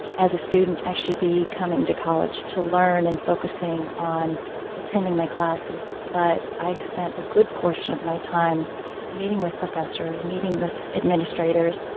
as a student, i should be coming to college to learn and focusing on attending my classes. but i spent a good portion of my time meeting with professors, meeting with administrators.